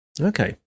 Okay